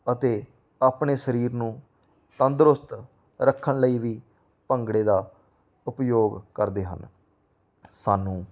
ਅਤੇ ਆਪਣੇ ਸਰੀਰ ਨੂੰ ਤੰਦਰੁਸਤ ਰੱਖਣ ਲਈ ਵੀ ਭੰਗੜੇ ਦਾ ਉਪਯੋਗ ਕਰਦੇ ਹਨ ਸਾਨੂੰ